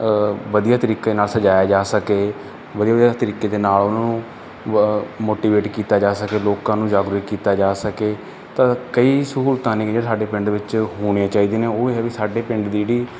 ਵਧੀਆ ਤਰੀਕੇ ਨਾਲ ਸਜਾਇਆ ਜਾ ਸਕੇ ਵਧੀਆ ਵਧੀਆ ਤਰੀਕੇ ਦੇ ਨਾਲ ਉਹਨਾਂ ਨੂੰ ਮੋਟੀਵੇਟ ਕੀਤਾ ਜਾ ਸਕੇ ਲੋਕਾਂ ਨੂੰ ਜਾਗਰੂਕ ਕੀਤਾ ਜਾ ਸਕੇ ਤਾਂ ਕਈ ਸਹੂਲਤਾਂ ਨੇਗੀਆਂ ਜਿਹੜੇ ਸਾਡੇ ਪਿੰਡ ਵਿੱਚ ਹੋਣੀਆਂ ਚਾਹੀਦੀਆਂ ਨੇ ਉਹ ਹੈ ਵੀ ਸਾਡੇ ਪਿੰਡ ਦੀ ਜਿਹੜੀ